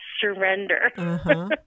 surrender